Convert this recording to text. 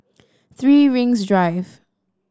Three Rings Drive